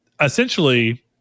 essentially